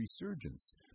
resurgence